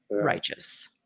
righteous